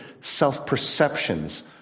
self-perceptions